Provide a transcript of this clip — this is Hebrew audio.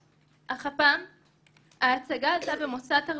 אך הפעם ההצגה עלתה במוסד תרבות,